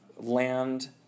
land